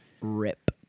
Rip